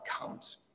comes